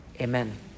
amen